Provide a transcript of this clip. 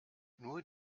nur